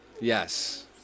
Yes